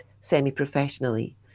semi-professionally